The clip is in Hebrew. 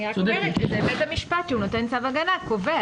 אני רק אומרת שבית המשפט שהוא נותן צו הגנה קובע